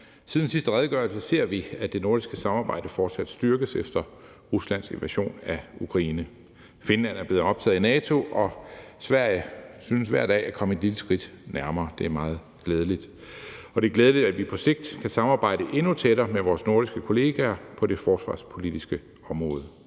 Siden sidste redegørelse ser vi, at det nordiske samarbejde fortsat styrkes efter Ruslands invasion af Ukraine. Finland er blevet optaget i NATO, og Sverige synes hver dag at komme et lille skridt nærmere. Det er meget glædeligt. Og det er glædeligt, at vi på sigt kan samarbejde endnu tættere med vores nordiske kollegaer på det forsvarspolitiske område.